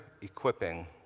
equipping